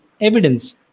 evidence